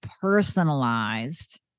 personalized